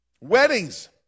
Weddings